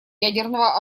ядерного